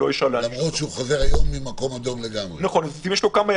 תרשה לי